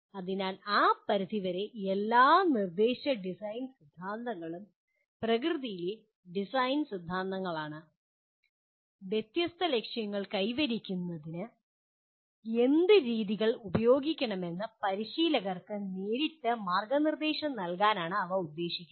അതിനാൽ ആ പരിധിവരെ എല്ലാ നിർദ്ദേശ ഡിസൈൻ സിദ്ധാന്തങ്ങളും പ്രകൃതിയിലെ ഡിസൈൻ സിദ്ധാന്തങ്ങളാണ് വ്യത്യസ്ത ലക്ഷ്യങ്ങൾ കൈവരിക്കുന്നതിന് എന്ത് രീതികൾ ഉപയോഗിക്കണമെന്ന് പരിശീലകർക്ക് നേരിട്ട് മാർഗ്ഗനിർദ്ദേശം നൽകാനാണ് അവ ഉദ്ദേശിക്കുന്നത്